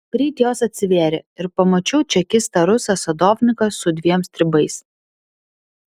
greit jos atsivėrė ir pamačiau čekistą rusą sadovniką su dviem stribais